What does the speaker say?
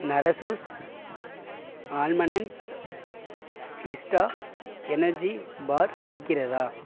Narasus almond fiesta energy bar இருக்கிறதா